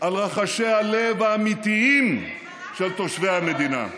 על רחשי הלב האמיתיים של תושבי המדינה.